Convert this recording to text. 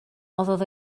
although